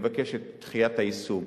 לבקש את דחיית היישום.